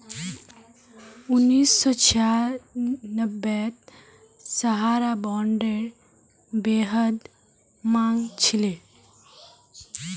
उन्नीस सौ छियांबेत सहारा बॉन्डेर बेहद मांग छिले